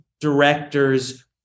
directors